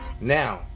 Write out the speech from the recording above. Now